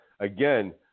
Again